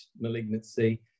malignancy